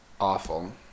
Awful